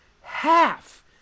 half